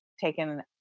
taken